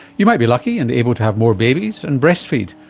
you might be lucky and able to have more babies and breast feed,